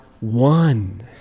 one